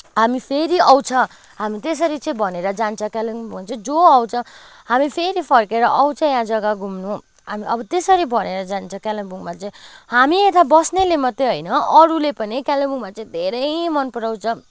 हामी फेरि आउँछ हामी त्यसरी चाहिँ भनेर जान्छ कालिम्पोङ भनेर भन्छ जो आउँछ हामी फेरि फर्केर आउँछ यहाँ जग्गा घुम्नु हो त्यसरी भनेर जान्छ कालिम्पोङमा चाहिँ हामी यता बस्नेले मात्रै होइन अरूले पनि कालिम्पोङमा चाहिँ धेरै मन पराउँछ